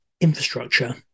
infrastructure